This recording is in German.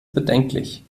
bedenklich